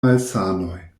malsanoj